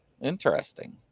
Interesting